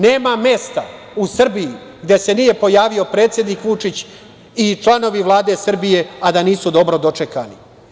Nema mesta u Srbiji gde se nije pojavio predsednik Vučić i članovi Vlade Srbije a da nisu dobro dočekani.